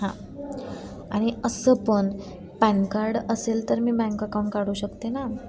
हां आणि असं पण पॅन कार्ड असेल तर मी बँक अकाउंट काढू शकते ना